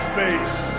face